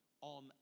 on